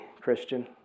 Christian